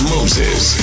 Moses